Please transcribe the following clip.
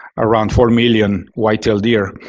around four million white-tailed deer.